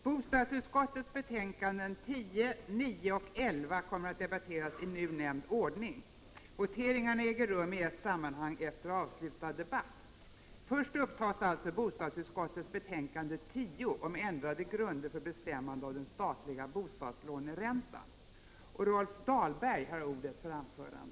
Morgondagens arbetsplenum börjar med behandling av bostadsutskottets betänkanden 10, 9 och 11 i nu nämnd ordning. Ärendena företas till gemensamt avgörande när debatten i det sista av dessa ärenden är avslutad.